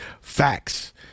Facts